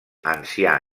ancià